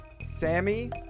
Sammy